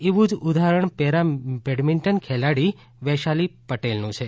એવું જ ઉદાહરણ પેરા બેડમિન્ટન ખેલાડી વૈશાલી પટેલનું છે